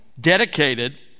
dedicated